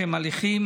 שהם הליכים